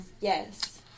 yes